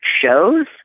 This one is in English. shows